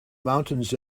mountains